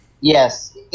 Yes